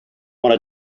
wanna